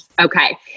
Okay